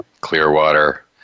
Clearwater